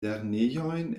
lernejojn